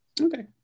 Okay